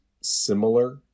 similar